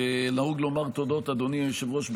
אדוני היושב-ראש,